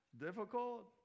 Difficult